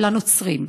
לנוצרים.